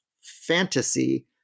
fantasy